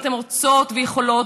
אם אתן רוצות ויכולות,